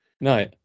No